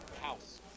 house